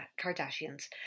Kardashians